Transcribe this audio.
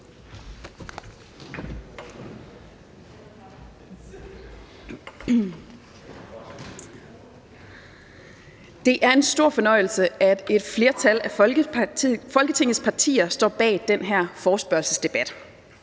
Det er en stor fornøjelse, at et flertal af Folketingets partier står bag den her forespørgselsdebat.